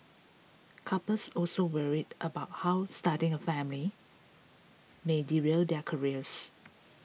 couples also worry about how starting a family may derail their careers